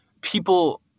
people